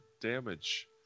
damage